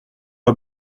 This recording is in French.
pas